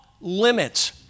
limits